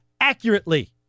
accurately